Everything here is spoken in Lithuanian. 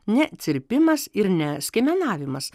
ne cirpimas ir ne skiemenavimas